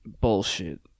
bullshit